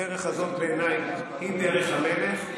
הדרך הזאת בעיניי היא דרך המלך.